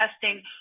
testing